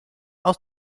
aus